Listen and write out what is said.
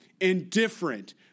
Indifferent